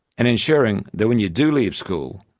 and ensuring that when you do leave school,